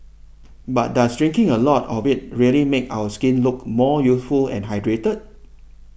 but does drinking a lot of it really make our skin look more youthful and hydrated